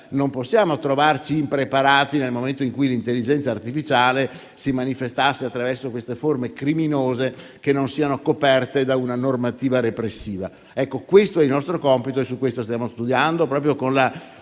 non possiamo trovarci impreparati nel momento in cui l'intelligenza artificiale si manifestasse attraverso forme criminose che non siano coperte da una normativa repressiva. Ecco, questo è il nostro compito e su questo stiamo studiando. Abbiamo